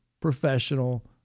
professional